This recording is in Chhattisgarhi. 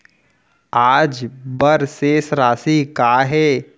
आज बर शेष राशि का हे?